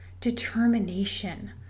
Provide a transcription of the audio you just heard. determination